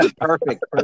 perfect